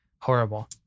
Horrible